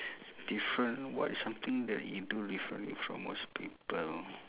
different what is something that you do differently from most people